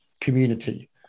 community